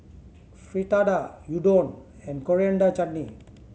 Fritada Udon and Coriander Chutney